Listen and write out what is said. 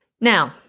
Now